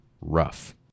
rough